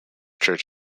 church